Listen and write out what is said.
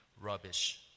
rubbish